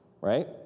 Right